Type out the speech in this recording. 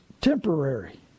temporary